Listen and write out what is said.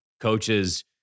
coaches